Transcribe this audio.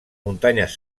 muntanyes